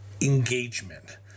engagement